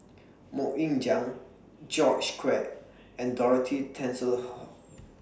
Mok Ying Jang George Quek and Dorothy